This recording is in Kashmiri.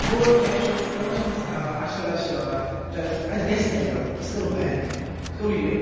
فون کیاہ چھُ فونَس مَنٛز آسَن اَسہِ اَسہِ گَژھِ کینٛہہ غَلَط أسۍ کَرو بیک أسۍ کَرو یہِ